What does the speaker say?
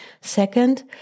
Second